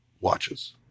watches